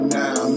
now